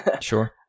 Sure